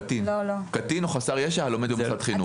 קטין או חסר ישע הלומד במוסד חינוך.